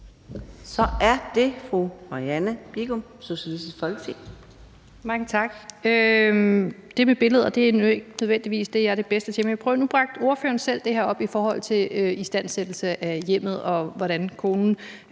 Så er det fru Marianne Bigum, Socialistisk Folkeparti. Kl. 14:23 Marianne Bigum (SF): Mange tak. Det med billeder er nu ikke nødvendigvis det, jeg er den bedste til, men nu bragte ordføreren selv det her op i forhold til istandsættelse af hjemmet, og hvordan konen